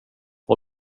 har